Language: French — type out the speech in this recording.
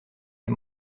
des